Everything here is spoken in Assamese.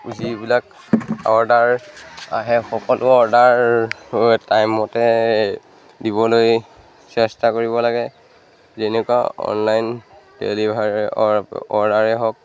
যিবিলাক অৰ্ডাৰ আহে সকলো অৰ্ডাৰ টাইম মতে দিবলৈ চেষ্টা কৰিব লাগে যেনেকুৱা অনলাইন ডেলিভাৰ অ অৰ্ডাৰে হওক